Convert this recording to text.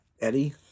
Eddie